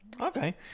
Okay